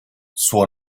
suo